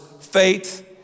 faith